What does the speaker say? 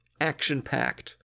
action-packed